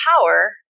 power